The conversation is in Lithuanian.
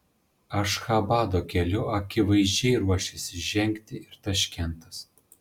ašchabado keliu akivaizdžiai ruošiasi žengti ir taškentas